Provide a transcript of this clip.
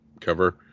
cover